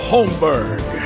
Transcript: Holmberg